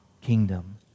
kingdom